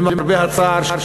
למרבה הצער,